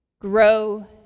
grow